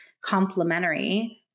complementary